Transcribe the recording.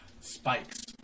spikes